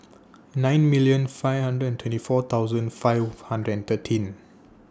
nine million five hundred and twenty four thousand five hundred and thirteen